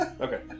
Okay